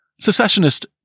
Secessionist